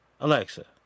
Alexa